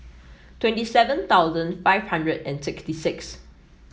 twenty seven thousand five hundred and sixty six